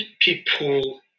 people